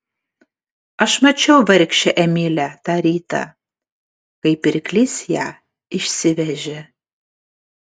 aš mačiau vargšę emilę tą rytą kai pirklys ją išsivežė